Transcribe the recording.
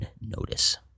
notice